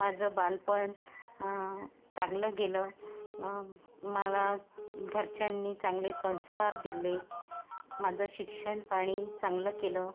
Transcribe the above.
माझं बालपण चांगलं गेलं मला घरच्यांनी चांगले संस्कार दिले माझं शिक्षणपाणी चांगलं केलं